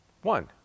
One